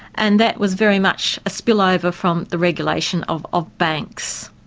and that was very much a spillover from the regulation of of banks.